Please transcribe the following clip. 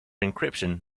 encryption